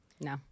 No